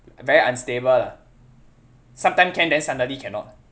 very unstable lah sometime can then suddenly cannot